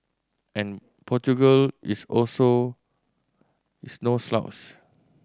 and Portugal is also is no slouch